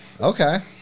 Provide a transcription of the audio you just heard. Okay